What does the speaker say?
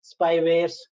spywares